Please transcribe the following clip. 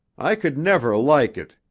i could never like it!